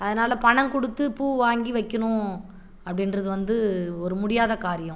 அதனால் பணம் கொடுத்து பூ வாங்கி வைக்கணும் அப்படின்றது வந்து ஒரு முடியாத காரியம்